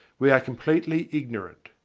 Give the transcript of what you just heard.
we are completely ignorant.